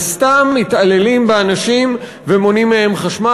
וסתם מתעללים באנשים ומונעים מהם חשמל.